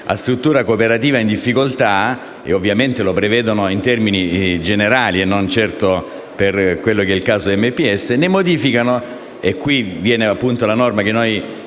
a struttura cooperativa in difficoltà - ovviamente lo prevedono in termini generali e non certo per il caso MPS - ne modificano (e qui viene la norma che noi